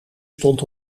stond